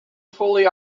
fully